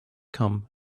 come